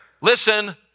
Listen